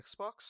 Xbox